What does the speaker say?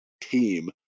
team